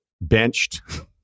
benched